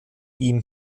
ihm